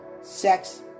sex